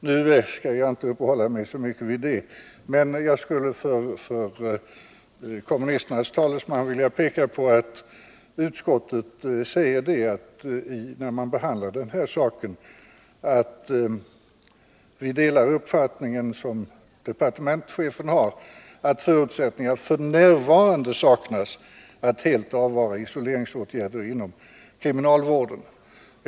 Nu skall jag inte uppehålla mig så mycket vid det, men jag skulle för kommunisternas talesman vilja påpeka att vi i utskottsbetänkandet säger att vi härvidlag delar den uppfattning som departementschefen har, att förutsättningar f. n. saknas att helt avvara isoleringsåtgärder inom kriminalvården.